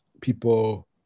people